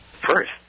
First